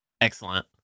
Excellent